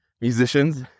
musicians